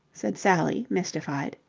said sally mystified.